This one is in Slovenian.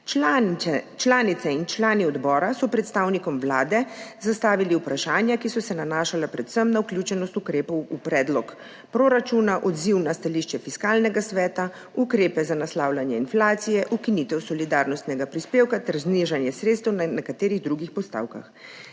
Članice in člani odbora so predstavnikom Vlade zastavili vprašanja, ki so se nanašala predvsem na vključenost ukrepov v predlog proračuna, odziv na stališče Fiskalnega sveta, ukrepe za naslavljanje inflacije, ukinitev solidarnostnega prispevka ter znižanje sredstev na nekaterih drugih postavkah.